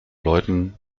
leuten